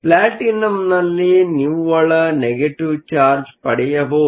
ಪ್ಲಾಟಿನಂನಲ್ಲಿ ನಿವ್ವಳ negative charge charge ಪಡೆಯಬಹುದು